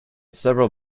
several